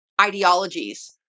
ideologies